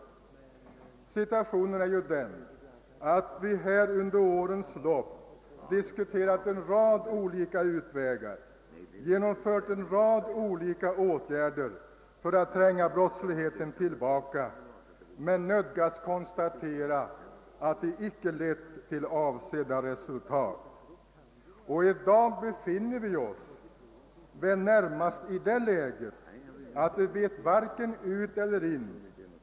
Situationen är ju den att vi här under årens lopp diskuterat en rad olika utvägar och genomfört en rad olika åtgärder för att tränga brottsligheten tillbaka men nödgats konstatera att det icke lett till avsedda resultat. I dag befinner vi oss väl närmast i det läget att vi vet varken ut eller in.